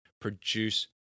produce